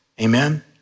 Amen